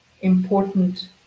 important